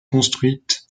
construite